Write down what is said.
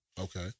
Okay